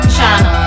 China